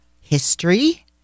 history